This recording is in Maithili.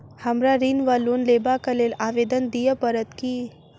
हमरा ऋण वा लोन लेबाक लेल आवेदन दिय पड़त की?